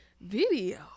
video